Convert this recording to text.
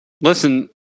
listen